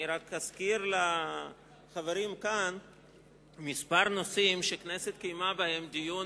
אזכיר רק לחברים כאן כמה נושאים שהכנסת קיימה בהם דיון